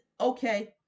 Okay